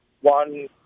one